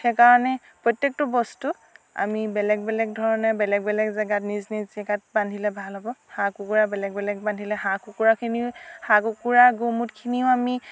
সেইকাৰণে প্ৰত্যেকটো বস্তু আমি বেলেগ বেলেগ ধৰণে বেলেগ বেলেগ জাগাত নিজ নিজ জাগাত বান্ধিলে ভাল হ'ব হাঁহ কুকুৰা বেলেগ বেলেগ বান্ধিলে হাঁহ কুকুৰাখিনি হাঁহ কুকুৰাৰ গু মূতখিনিও আমি